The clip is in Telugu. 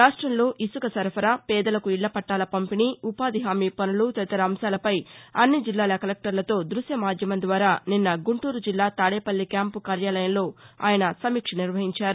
రాష్టంలో ఇసుక సరఫరా పేదలకు ఇళ్ల పట్టాల పంపిణీ ఉపాధి హామీ పనులు తదితర అంశాలపై అన్ని జిల్లాల కలెక్టర్లతో దృశ్య మాధ్యమం ద్వారా నిన్న గుంటూరు జిల్లా తాడేపల్లి క్యాంపు కార్యాలయంలో ఆయన సమీక్ష నిర్వహించారు